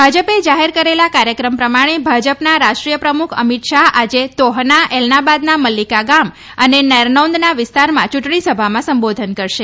ભાજપે જાહેર કરેલા કાર્યક્રમ પ્રમાણે ભાજપ રાષ્ટ્રીય પ્રમુખ અમિત શાહ આજે તોહના એલનાબાદના મલ્લીકા ગામ અને નેરનૌદ વિસ્તારમાં ચૂંટણી સભામાં સંબઓધન કરશે